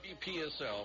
WPSL